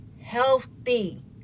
healthy